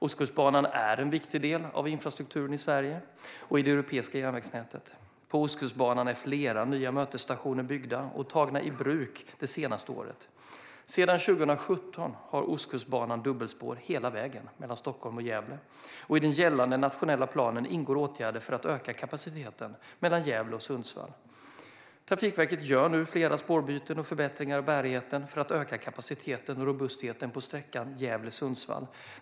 Ostkustbanan är en viktig del av infrastrukturen i Sverige och i det europeiska järnvägsnätet. På Ostkustbanan är flera nya mötesstationer byggda och tagna i bruk det senaste året. Sedan 2017 har Ostkustbanan dubbelspår hela vägen mellan Stockholm och Gävle, och i den gällande nationella planen ingår åtgärder för att öka kapaciteten mellan Gävle och Sundsvall. Trafikverket gör nu flera spårbyten och förbättring av bärigheten för att öka kapaciteten och robustheten på sträckan Gävle-Sundsvall.